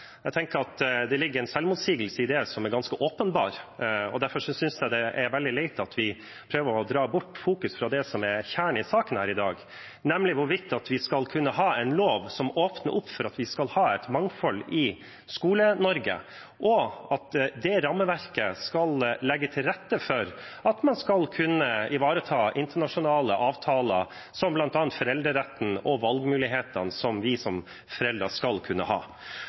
Jeg tenker at det ligger en selvmotsigelse i det som er ganske åpenbar. Derfor synes jeg det er veldig leit at vi prøver å dra bort oppmerksomheten fra det som er kjernen i saken her i dag, nemlig hvorvidt vi skal kunne ha en lov som åpner opp for at vi skal ha et mangfold i Skole-Norge, og at det rammeverket skal legge til rette for at man skal kunne ivareta internasjonale avtaler som bl.a. foreldreretten og valgmulighetene vi som foreldre skal kunne ha.